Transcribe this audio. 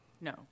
No